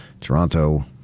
Toronto